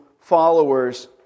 followers